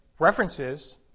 References